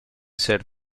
ser